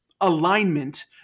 alignment